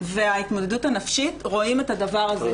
וההתמודדות הנפשית רואים את הדבר הזה.